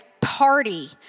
party